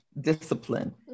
discipline